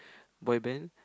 boy band